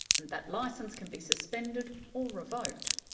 and that licence can be suspended or revoked.